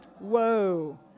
Whoa